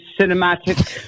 cinematic